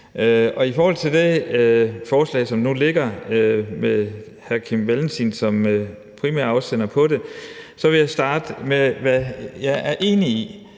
I forhold til det forslag, som ligger, og som har hr. Kim Valentin som primær afsender på det, vil jeg starte med, hvad jeg er enig i.